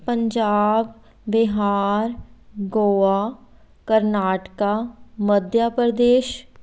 Punjab Bihar Goa Karnataka Madhya Pradesh